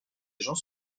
gens